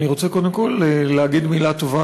אני רוצה קודם כול להגיד מילה טובה